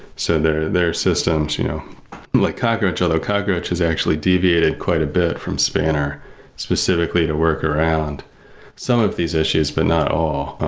so there're there're systems you know like cockroach, although cockroach is actually deviated quite a bit from spanner specifically to work around some of these issues, but not all,